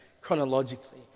chronologically